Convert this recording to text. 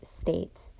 states